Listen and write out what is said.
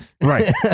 Right